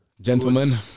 gentlemen